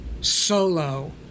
Solo